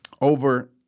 over